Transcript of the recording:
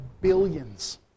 billions